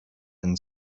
than